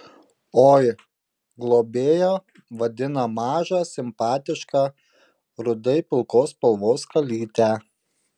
oi globėja vadina mažą simpatišką rudai pilkos spalvos kalytę